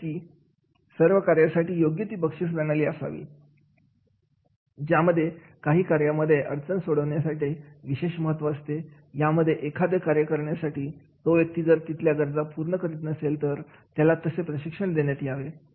जसे की सर्व कार्यासाठी योग्य ती बक्षिस प्रणाली असावी ज्यामध्ये काही कार्यांमध्ये अडचणी सोडवण्याचा विशेष महत्त्व असतेयामध्ये एखादं कार्य करण्यासाठी तो व्यक्ती जर तिथल्या गरजा पूर्ण करीत नसेल तर त्याला तसे प्रशिक्षण देण्यात यावे